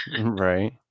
Right